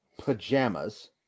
pajamas